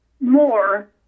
More